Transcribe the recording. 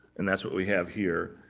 and that's what we have here.